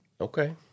Okay